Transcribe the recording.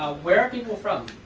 ah where are people from?